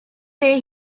there